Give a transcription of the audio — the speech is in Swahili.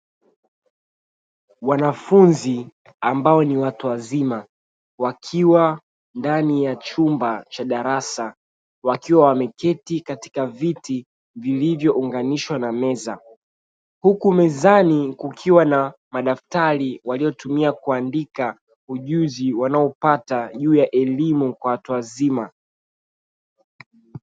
Wanafunzi ambao ni watu wazima, wakiwa ndani ya chumba cha darasa. Wakiwa wameketi katika viti vilivyounganishwa na meza. Huku mezani kukiwa na madaftari waliyotumia kuandika ujuzi wanaopata juu ya elimu kwa watu wazima.